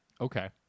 Okay